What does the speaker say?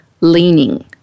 leaning